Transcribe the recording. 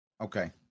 Okay